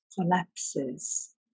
collapses